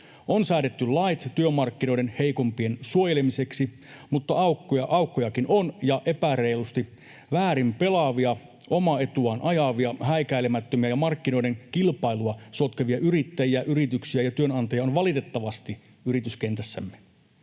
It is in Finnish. on säädetty lait työmarkkinoiden heikompien suojelemiseksi. Mutta aukkojakin on, ja valitettavasti yrityskentässämme on epäreilusti, väärin pelaavia, omaa etuaan ajavia, häikäilemättömiä ja markkinoiden kilpailua sotkevia yrittäjiä, yrityksiä ja työnantajia. Me kaikki ymmärrämme,